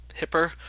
hipper